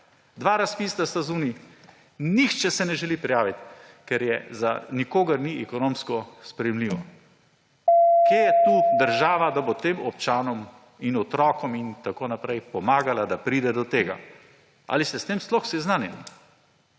Dva razpisa sta zunaj, nihče se ne želi prijaviti, ker za nikogar ni ekonomsko sprejemljivo. Kje je tu država, da bo tem občanom in otrokom in tako naprej pomagala, da pride do tega? Ali ste s tem sploh seznanjeni?